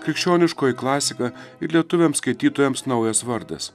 krikščioniškoji klasika ir lietuviams skaitytojams naujas vardas